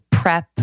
prep